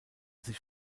sich